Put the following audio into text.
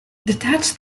detach